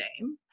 name